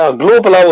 global